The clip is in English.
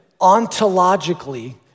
ontologically